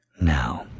Now